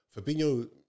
Fabinho